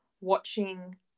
watching